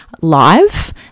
live